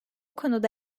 konuda